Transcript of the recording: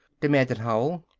demanded howell.